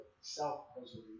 self-preservation